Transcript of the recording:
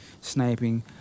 sniping